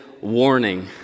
warning